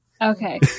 Okay